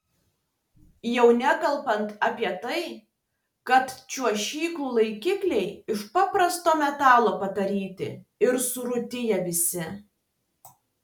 jau nekalbant apie tai kad čiuožyklų laikikliai iš paprasto metalo padaryti ir surūdiję visi